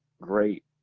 great